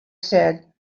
said